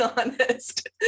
honest